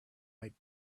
might